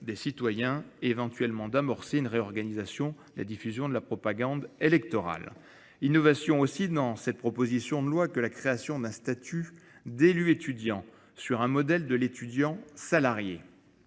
des citoyens et éventuellement d'amorcer une réorganisation de la diffusion de la propagande électorale. Innovation aussi dans cette proposition de loi que la création d'un statut d'élu étudiant sur un modèle de l'étudiant salarié.